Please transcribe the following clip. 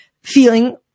feeling